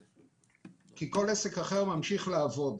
כל עסק אחר ממשיך לעבוד.